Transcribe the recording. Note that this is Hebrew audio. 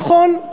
נכון,